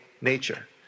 nature